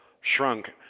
shrunk